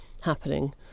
happening